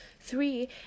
Three